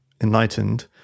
enlightened